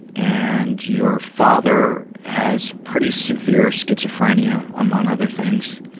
and your father has pretty severe schizophrenia, among other things.